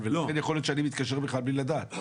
ויכול להיות שאני מתקשר אלייך בלי לדעת?